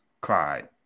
Clyde